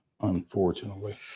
Unfortunately